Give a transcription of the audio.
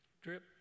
drip